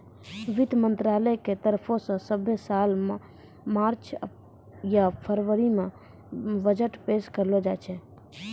वित्त मंत्रालय के तरफो से सभ्भे साल मार्च या फरवरी मे बजट पेश करलो जाय छै